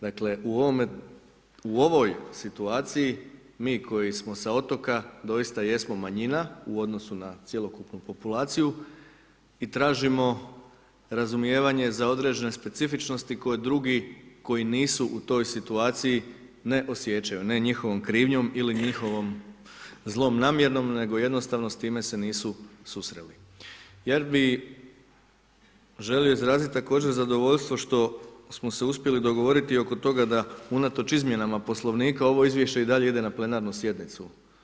Dakle u ovoj situaciji mi koji smo sa otoka doista jesmo manjina u odnosu na cjelokupnu populaciju i tražimo razumijevanje za određene specifičnosti koji drugi koji nisu u toj situaciji ne osjećaju, ne njihovom krivnjom ili njihovom zlonamjernom nego jednostavno s time se nisu susreli jer bi želio izraziti također zadovoljstvo što smo se uspjeli dogovoriti oko toga da unatoč izmjenama Poslovnika ovo izvješće i dalje ide na plenarnu sjednicu.